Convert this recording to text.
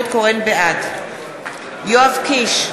בעד יואב קיש,